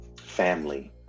family